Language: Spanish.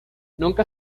nunca